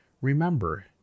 Remember